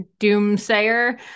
doomsayer